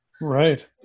Right